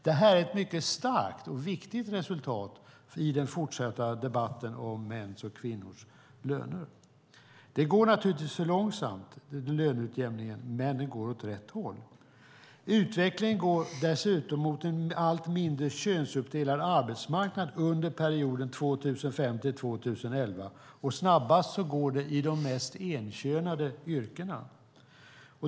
Detta är ett mycket starkt och viktigt resultat i den fortsatta debatten om mäns och kvinnors löner. Löneutjämningen går naturligtvis för långsamt, men den går åt rätt håll. Utvecklingen gick dessutom mot en allt mindre könsuppdelad arbetsmarknad under perioden 2005-2011, och snabbast går det i de mest enkönade yrkena.